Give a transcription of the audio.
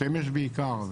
שמש בעיקר.